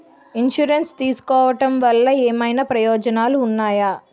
Insurance తీసుకోవటం వల్ల ఏమైనా ప్రయోజనాలు ఉన్నాయా?